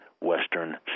Western